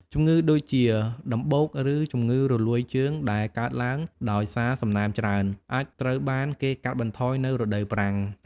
ជំងឺដូចជាដំបូកឬជំងឺរលួយជើងដែលកើតឡើងដោយសារសំណើមច្រើន អាចត្រូវបានគេកាត់បន្ថយនៅរដូវប្រាំង។